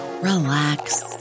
relax